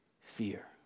fear